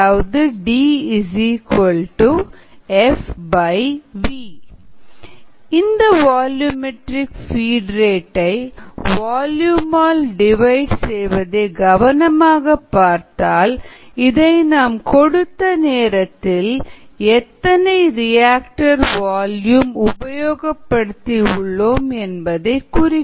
D FV இந்த volumetric feed rate டை volume ஆல் டிவைட் செய்வதை கவனமாகப் பார்த்தால் இதை நாம் கொடுத்த நேரத்தில் எத்தனை ரியாக்டர் வால்யூம் உபயோகப்படுத்தி உள்ளோம் என்பதை குறிக்கும்